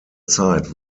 zeit